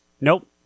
Nope